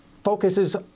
focuses